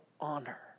honor